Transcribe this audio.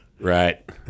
Right